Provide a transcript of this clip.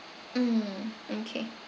mm okay